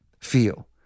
feel